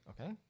Okay